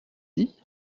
dit